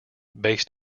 based